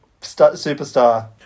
superstar